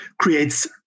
creates